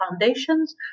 foundations